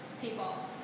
people